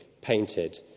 painted